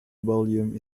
volume